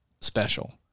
special